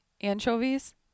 Anchovies